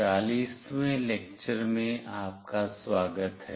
40 वें लेक्चर में आपका स्वागत है